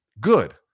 good